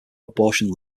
abortion